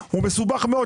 הוא מסובך מאוד.